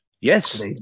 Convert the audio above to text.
Yes